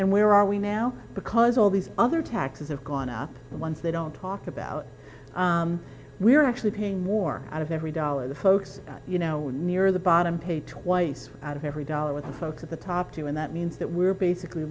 and where are we now because all these other taxes have gone up the ones they don't talk about we are actually paying more out of every dollar the folks near the bottom pay twice out of every dollar with the folks at the top two and that means that we're basically